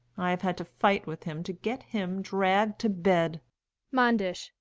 i have had to fight with him to get him dragged to bed manders.